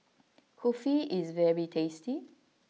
Kulfi is very tasty